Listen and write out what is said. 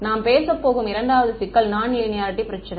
நாம் பேசப் போகும் இரண்டாவது சிக்கல் நான் லீனியாரிட்டி பிரச்சினை